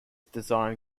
design